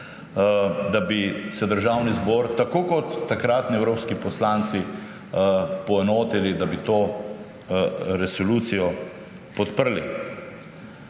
da bi se državni zbor tako kot takratni evropski poslanci poenotil, da bi to resolucijo podprl.